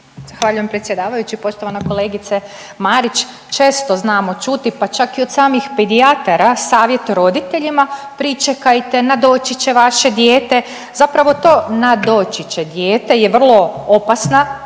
Zahvaljujem predsjedavajući. Poštovana kolegice Marić. Često znamo čuti pa čak i od samih pedijatara savjet roditeljima pričekajte, nadoći će vaše dijete, zapravo to nadoći će dijete je vrlo opasna